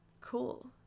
cool